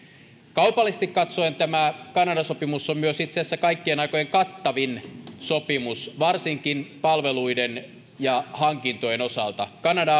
kaupallisesti katsoen tämä kanada sopimus on myös itse asiassa kaikkien aikojen kattavin sopimus varsinkin palveluiden ja hankintojen osalta kanada